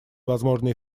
возможные